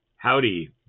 Howdy